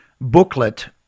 booklet